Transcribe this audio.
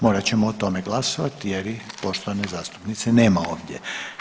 Morat ćemo o tome glasovati jer poštovane zastupnice nema ovdje.